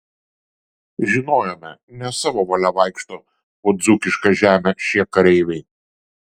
žinojome ne savo valia vaikšto po dzūkišką žemę šie kareiviai